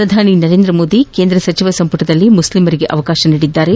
ಪ್ರಧಾನಿ ನರೇಂದ್ರಮೋದಿ ಕೇಂದ್ರ ಸಚಿವ ಸಂಪುಟದಲ್ಲಿ ಮುಸ್ಲಿಮರಿಗೆ ಅವಕಾತ ನೀಡಿದ್ದಾರೆ